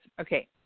Okay